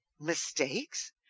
mistakes